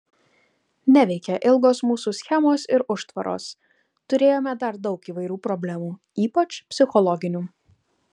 neveikė ilgos mūsų schemos ir užtvaros turėjome dar daug įvairių problemų ypač psichologinių